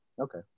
okay